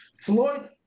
Floyd